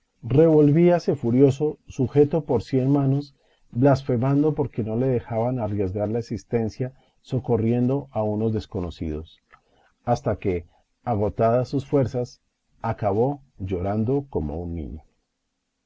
lúgubre revolvíase furioso sujeto por cien manos blasfemando porque no le dejaban arriesgar la existencia socorriendo a unos desconocidos hasta que agotadas sus fuerzas acabó llorando como un niño